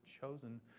chosen